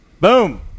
Boom